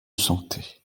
santé